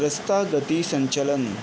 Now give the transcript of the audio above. रस्ता गती संचलन